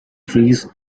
trees